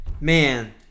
Man